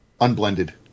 unblended